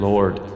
Lord